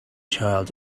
child